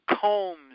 combs